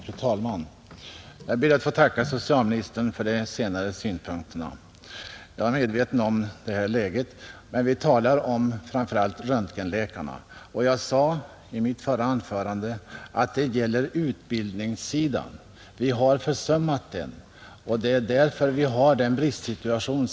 Fru talman! Jag ber att få tacka socialministern för de senare synpunkterna. Jag är medveten om det allmänna läget, men vi talar nu framför allt om röntgenläkarna. Jag sade i mitt förra anförande att vi har försummat utbildningssidan därvidlag, och det är därför vi har denna bristsituation.